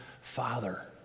father